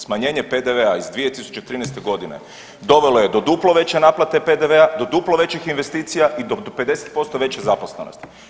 Smanjenje PDV-a iz 2013. godine dovelo je do duplo veće naplate PDV-a, do duplo većih investicija i do 50% veće zaposlenosti.